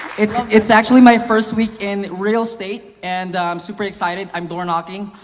it's it's actually my first week in real estate and i'm super excited, i'm door knocking.